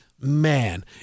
man